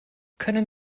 können